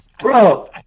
bro